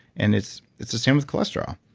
and it's it's the same with cholesterol.